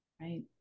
right